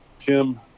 Tim